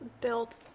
built